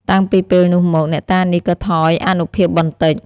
តាំងពីពេលនោះមក អ្នកតានេះក៏ថយអានុភាពបន្តិច ។